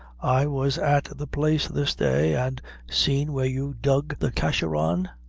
i was at the place this day, and seen where you dug the casharrawan.